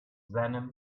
venom